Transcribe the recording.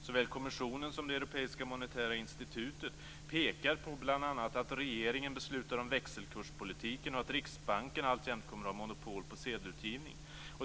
Såväl kommissionen som det europeiska monetära institutet pekar bl.a. på att regeringen beslutar om växelkurspolitiken och att Riksbanken alltjämt kommer att ha monopol på sedelutgivningen.